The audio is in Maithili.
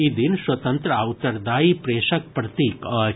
ई दिन स्वतंत्र आ उत्तरदायी प्रेसक प्रतीक अछि